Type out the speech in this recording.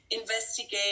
investigate